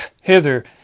hither